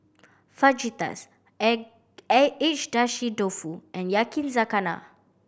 Fajitas Agedashi Dofu and Yakizakana